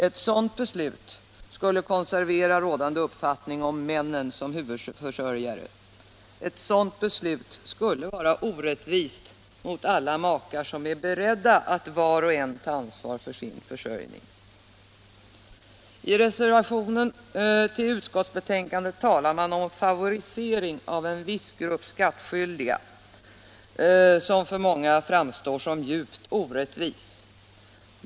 Ett sådant beslut skulle konservera den rådande uppfattningen om männen som huvudförsörjare. Ett sådant beslut skulle vara orättvist mot alla makar som är beredda att var och en ta ansvar för sin försörjning. I reservationen till utskottsbetänkandet talar man om favorisering av en viss grupp skattskyldiga, en favorisering som för många framstår som orättvis.